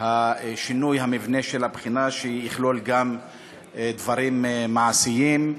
שינוי המבנה של הבחינה, שיכלול גם דברים מעשיים,